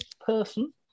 person